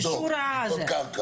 אישור --- לבדוק את הקרקע.